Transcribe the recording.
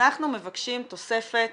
אנחנו מבקשים תוספת